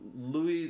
Louis